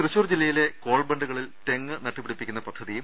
തൃശൂർ ജില്ലയിലെ കോൾ ബണ്ടുകളിൽ തെങ്ങ് നട്ടുപിടിപ്പിക്കുന്ന പദ്ധ തിയും